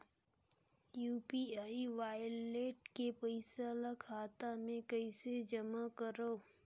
UPI wallet के पईसा ल खाता मे कइसे जमा करव?